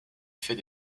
fait